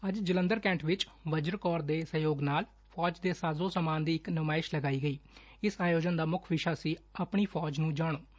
ਅੱਜ Jalandhar cantt ਵਿੱਚ Vajra corps ਦੇ ਸਹਿਯੋਗ ਨਾਲ ਫੋਜ ਦੇ ਸਾਜੋ ਸਮਾਨ ਦੀ ਇਕ ਨੁਮਾਇਸ਼ ਲਗਾਈ ਗਈ ਇਸ ਆਯੋਜਨ ਦਾ ਮੁੱਖ ਵਿਸ਼ਾ ਸੀ 'ਆਪਣੀ ਫੋਜ ਨੂੰ ਜਾਣੋ'